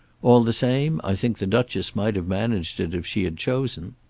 all the same, i think the duchess might have managed it if she had chosen.